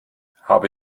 habe